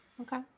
Okay